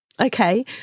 okay